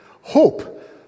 Hope